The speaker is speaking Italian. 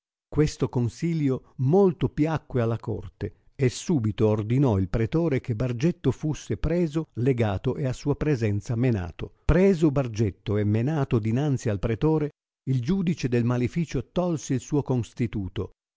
questo consilio molto piacque alla corte e subito ordinò il pretore che bargetto fusse preso legato e a sua presenza menato preso bargetto e menato dinanzi al pretore il giudice del maleficio tolse il suo constituto